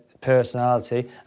personality